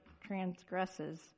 transgresses